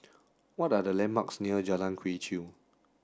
what are the landmarks near Jalan Quee Chew